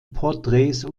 porträts